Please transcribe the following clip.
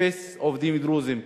אפס עובדים דרוזים.